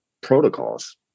protocols